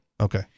Okay